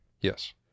Yes